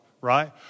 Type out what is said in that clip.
right